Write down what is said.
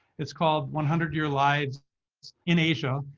it's called one hundred year lives in asia.